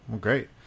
Great